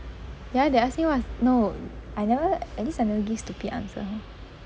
ya they ask me what's no I never at least I never give any stupid answer